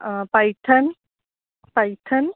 python python